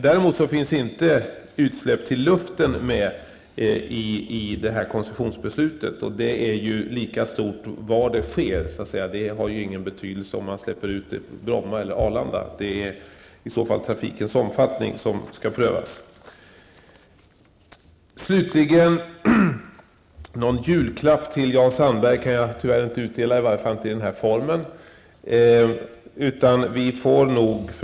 Däremot finns inte utsläpp i luften med i det här koncessionsbeslutet. De är ju lika stora var de än sker. Det har ingen betydelse om man släpper ut dem på Bromma eller på Arlanda. Då är det trafikens omfattning som skall prövas. Slutligen kan jag tyvärr inte utdela någon julklapp till Jan Sandberg, inte i den här formen i alla fall. Fru talman!